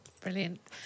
brilliant